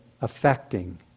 affecting